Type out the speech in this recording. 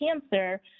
cancer